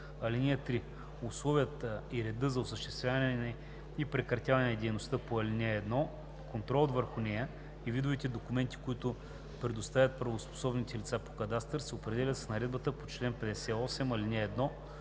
(3) Условията и редът за осъществяване и прекратяване на дейността по ал. 1, контролът върху нея и видовете документи, които предоставят правоспособните лица по кадастър, се определят с наредбата по чл. 58, ал. 1.